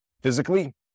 physically